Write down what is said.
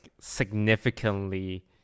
significantly